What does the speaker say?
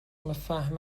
فهم